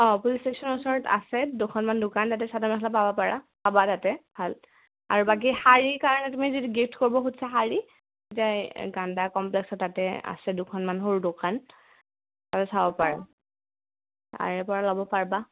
অঁ পুলিচ ষ্টেচনৰ ওচৰত আছে দুখনমান দোকান তাতে চাদৰ মেখেলা পাব পাৰা পাবা তাতে ভাল আৰু বাকী শাৰীৰ কাৰণে তুমি যদি গিফ্ট কৰিব খুজিছা শাৰী তেতিয়া এই গাণ্ডা কমপ্লেক্সত তাতে আছে দুখনমান সৰু দোকান তাৰো চাব পাৰা তাৰে পৰা ল'ব পাৰিবা